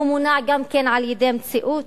הוא מונע גם כן על-ידי מציאות,